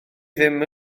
ddim